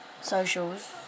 socials